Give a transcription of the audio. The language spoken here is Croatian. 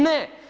Ne.